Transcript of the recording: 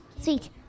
Sweet